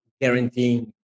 guaranteeing